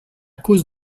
cause